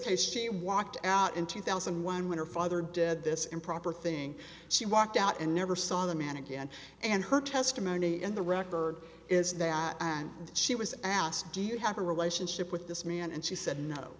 case she walked out in two thousand and one when her father did this improper thing she walked out and never saw the man again and her testimony in the record is that and she was asked do you have a relationship with this man and she said no